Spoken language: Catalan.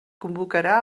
convocarà